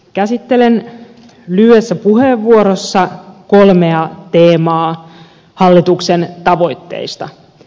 käsittelen lyhyessä puheenvuorossa kolmea teemaa hallituksen tavoitteista